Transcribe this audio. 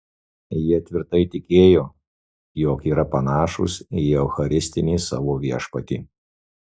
jie tvirtai tikėjo jog yra panašūs į eucharistinį savo viešpatį